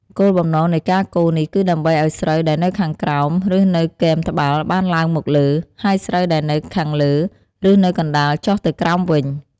គោលបំណងនៃការកូរនេះគឺដើម្បីឱ្យស្រូវដែលនៅខាងក្រោម ឬនៅគែមត្បាល់បានឡើងមកលើ ហើយស្រូវដែលនៅខាងលើ ឬនៅកណ្តាលចុះទៅក្រោមវិញ។